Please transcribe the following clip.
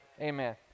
Amen